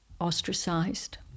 ostracized